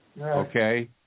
okay